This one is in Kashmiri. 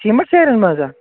سیمنٹ سیرٮ۪ن منٛز ہا